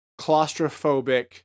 claustrophobic